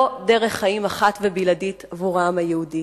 לא דרך חיים אחת ובלעדית עבור העם היהודי,